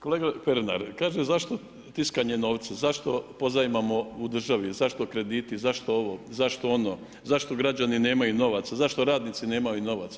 Kolega Pernar, kaže zašto tiskanje novca, zašto pozajmimo u državi, zašto krediti, zašto ovo, zašto ono, zašto građani nemaju novaca, zašto radnici nemaju novaca.